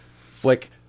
Flick